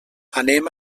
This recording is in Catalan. anem